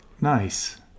Nice